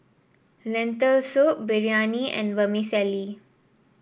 Lentil Soup Biryani and Vermicelli